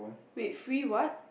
wait free what